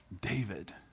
David